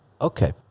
Okay